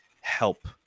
help